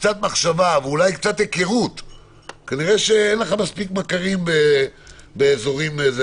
אולי אין לך מספיק מכרים באזורים המדוברים.